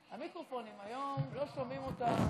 היום, לא שומעים אותם.